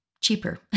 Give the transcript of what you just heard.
cheaper